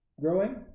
growing